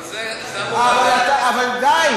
אבל זה, אבל די.